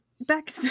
back